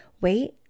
wait